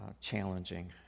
challenging